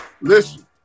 Listen